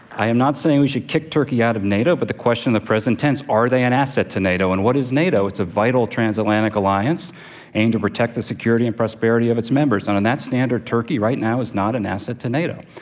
i am not saying we should kick turkey out of nato, but the question in the present tense are they an asset to nato and what is nato? it's a vital transatlantic alliance aimed to protect the security and prosperity of its members and on that standard turkey right now is not an asset to nato.